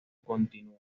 continúan